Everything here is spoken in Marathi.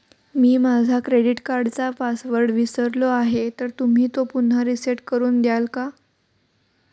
मी माझा क्रेडिट कार्डचा पासवर्ड विसरलो आहे तर तुम्ही तो पुन्हा रीसेट करून द्याल का?